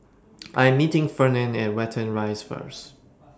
I Am meeting Fernand At Watten Rise First